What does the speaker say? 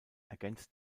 ergänzt